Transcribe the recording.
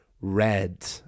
red